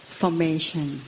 formation